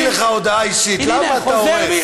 אפשרתי לך הודעה אישית, למה אתה הורס?